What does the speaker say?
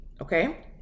okay